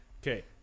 Okay